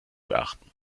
beachten